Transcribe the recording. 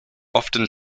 often